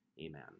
Amen